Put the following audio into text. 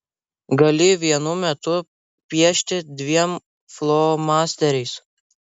gali vienu metu piešti dviem flomasteriais